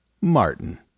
Martin